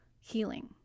healing